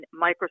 Microsoft